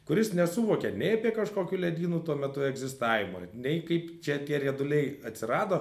kuris nesuvokė nei apie kažkokių ledynų tuo metu egzistavimą nei kaip čia tie rieduliai atsirado